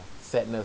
sadness